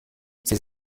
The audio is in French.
ces